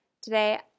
Today